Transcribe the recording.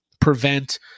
prevent